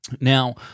Now